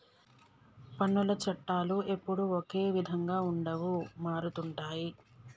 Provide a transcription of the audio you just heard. పన్నుల చట్టాలు ఎప్పుడూ ఒకే విధంగా ఉండవు మారుతుంటాయి